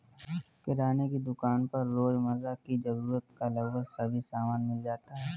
किराने की दुकान पर रोजमर्रा की जरूरत का लगभग सभी सामान मिल जाता है